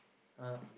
!huh!